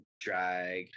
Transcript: drag